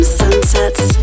sunsets